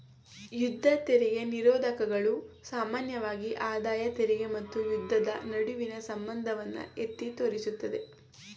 ಯುದ್ಧ ತೆರಿಗೆ ನಿರೋಧಕಗಳು ಸಾಮಾನ್ಯವಾಗಿ ಆದಾಯ ತೆರಿಗೆ ಮತ್ತು ಯುದ್ಧದ ನಡುವಿನ ಸಂಬಂಧವನ್ನ ಎತ್ತಿ ತೋರಿಸುತ್ತವೆ